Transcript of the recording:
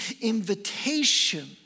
invitation